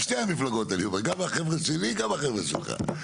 שתי המפלגות האלה, גם החבר'ה שלי וגם החבר'ה שלך.